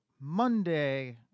Monday